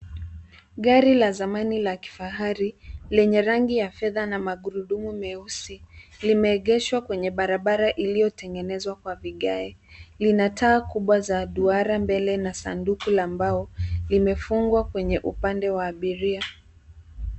Gari la zamani la kifahari lanya rangi ya fedha na magurudumu meusi limeegeshwa kwenye barabara iliyotengenezwa kwa vigai lina taa kubwa za duara mbele na sanduku la mbao limefungwa kwenye upande wa abiria.